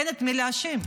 אין את מי להאשים.